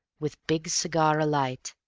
with big cigar alight,